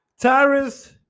Tyrus